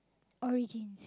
origins